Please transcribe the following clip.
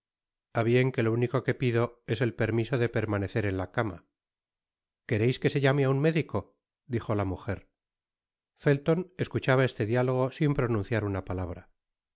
a bien que lo único que pido es el permiso de permanecer en la cama i tr quereis que se llame á un médico dijo la mujer felton escuchaba este diálogo sin pronunciar una palabra